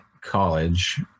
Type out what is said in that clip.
college